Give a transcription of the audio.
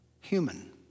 Human